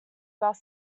bus